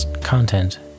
content